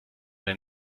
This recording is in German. der